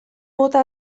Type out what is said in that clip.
mota